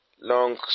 long